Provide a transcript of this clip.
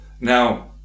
Now